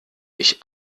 ich